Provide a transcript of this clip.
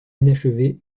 inachevée